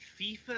fifa